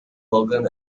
hogan